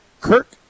kirk